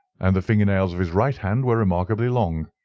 and the finger-nails of his right hand were remarkably long.